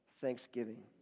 thanksgiving